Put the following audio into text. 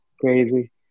Crazy